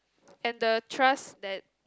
and the trust that